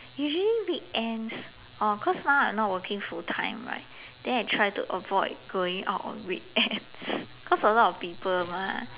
usually weekends oh cause now I not working full time right then I try to avoid going out on weekends cause a lot of people mah